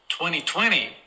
2020